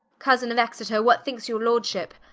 cousin of exeter, what thinkes your lordship?